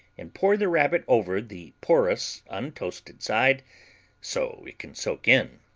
and pour the rabbit over the porous untoasted side so it can soak in.